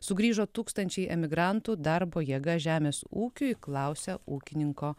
sugrįžo tūkstančiai emigrantų darbo jėga žemės ūkiui klausia ūkininko